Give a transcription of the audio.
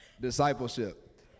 Discipleship